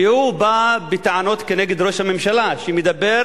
והוא בא בטענות כנגד ראש הממשלה שמדבר